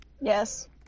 Yes